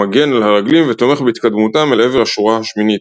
המגן על הרגלים ותומך בהתקדמותם אל עבר השורה השמינית.